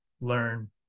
learn